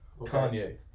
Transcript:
Kanye